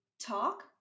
Talk